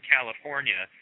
California